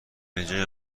بجای